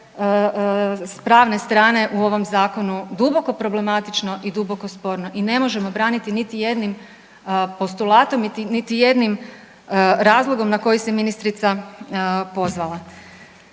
s pravne strane u ovom zakonu duboko problematično i duboko sporno i ne možemo braniti niti jednim postulatom, niti jednim razlogom na koji se ministrica pozvala.